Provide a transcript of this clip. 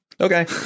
Okay